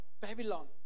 Babylon